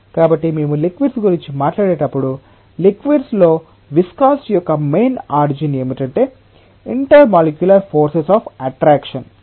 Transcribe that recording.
కాబట్టి మేము లిక్విడ్స్ గురించి మాట్లాడేటప్పుడు లిక్విడ్స్ లో విస్కాసిటి యొక్క మెయిన్ ఆరిజిన్ ఏమిటంటే intermolecular forces of attraction